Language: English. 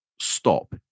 stop